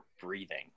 breathing